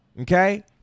Okay